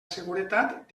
seguretat